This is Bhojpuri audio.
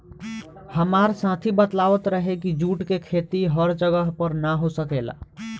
हामार साथी बतलावत रहे की जुट के खेती हर जगह पर ना हो सकेला